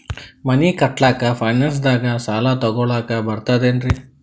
ಮನಿ ಕಟ್ಲಕ್ಕ ಫೈನಾನ್ಸ್ ದಾಗ ಸಾಲ ತೊಗೊಲಕ ಬರ್ತದೇನ್ರಿ?